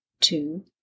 two